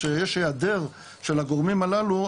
כשיש היעדר של הגורמים הללו,